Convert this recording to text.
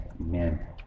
amen